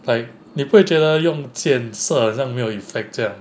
like 你不会觉得用箭射人没有 effect 这样